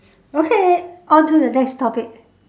okay on to the next topic